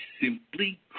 simply